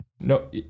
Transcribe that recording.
no